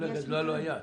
אולי גדלה לו היד......